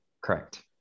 Correct